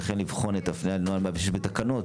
וכן לבחון את ההפניה לנוהל 106 בתקנות,